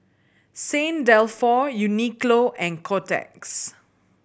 Saint Dalfour Uniqlo and Kotex